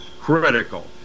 critical